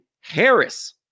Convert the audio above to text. Harris